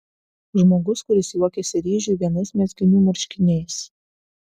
žmogus kuris juokiasi ryžiui vienais mezginių marškiniais